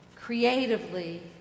creatively